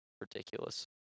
ridiculous